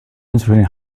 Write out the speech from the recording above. difference